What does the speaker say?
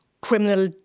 criminal